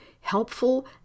helpful